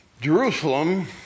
Jerusalem